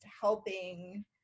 helping